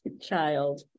child